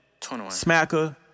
smacker